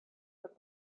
but